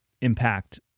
impact